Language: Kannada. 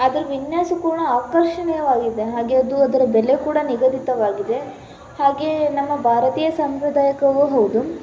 ಅದ್ರ ವಿನ್ಯಾಸ ಕೂಡ ಆಕರ್ಷಣೀಯವಾಗಿದೆ ಹಾಗೇ ಅದು ಅದರ ಬೆಲೆ ಕೂಡ ನಿಗದಿತವಾಗಿದೆ ಹಾಗೆಯೇ ನಮ್ಮ ಭಾರತೀಯ ಸಂಪ್ರದಾಯವೂ ಹೌದು